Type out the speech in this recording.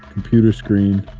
computer screen,